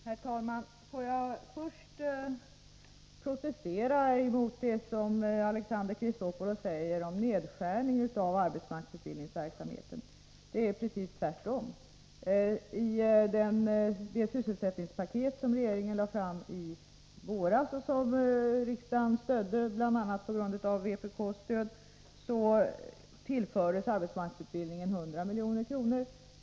Herr talman! Låt mig först protestera mot det som Alexander Chrisopoulos säger om nedskärning av arbetsmarknadsutbildningsverksamheten. Det är precis tvärtom. I det sysselsättningspaket som regeringen lade fram i våras och som riksdagen fattade beslut om, bl.a. med vpk:s stöd, tillfördes arbetsmarknadsutbildningen 100 milj.kr.